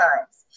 times